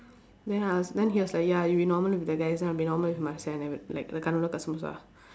then I was then he was like ya you be normal with the guys then I'll be normal with marcia and like the kasamusa